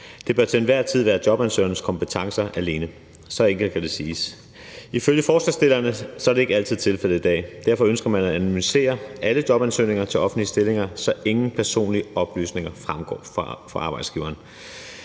Det bør til enhver tid være jobansøgerens kompetencer alene. Så enkelt kan det siges. Ifølge forslagsstillerne er det ikke altid tilfældet i dag, og derfor ønsker man at anonymisere alle jobansøgninger til offentlige stillinger, så ingen personlige oplysninger fremgår for arbejdsgiveren.